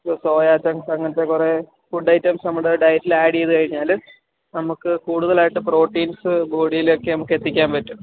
ഇത് soya chunks അങ്ങനത്തെ കുറെ ഫുഡ് ഐറ്റംസ് നമ്മുടെ ഡയറ്റിൽ ആഡ് ചെയ്ത് കഴിഞ്ഞാൽ നമുക്ക് കൂടുതലായിട്ട് പ്രോട്ടീൻസ് ബോഡിയിലേക്ക് നമുക്ക് എത്തിക്കാൻ പറ്റും